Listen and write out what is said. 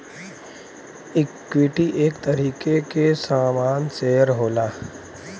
equity एक तरीके के सामान शेअर होला